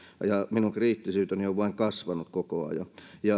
ja minun kriittisyyteni on vain kasvanut koko ajan